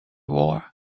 war